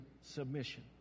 submission